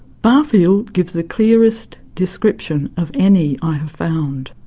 barfield gives the clearest description of any i have found.